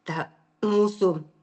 tą mūsų